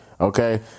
okay